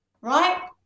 Right